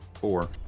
Four